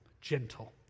gentle